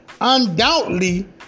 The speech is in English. undoubtedly